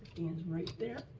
is right there.